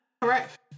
Correct